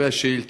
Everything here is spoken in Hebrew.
לגבי השאילתה: